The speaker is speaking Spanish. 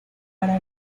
para